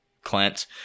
Clint